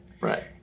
Right